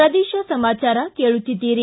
ಪ್ರದೇಶ ಸಮಾಚಾರ ಕೇಳುತ್ತೀದ್ದಿರಿ